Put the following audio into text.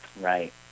Right